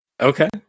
Okay